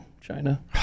China